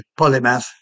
polymath